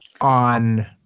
on